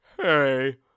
hey